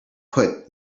put